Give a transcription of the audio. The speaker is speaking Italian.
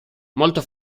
molto